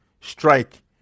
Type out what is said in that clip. strike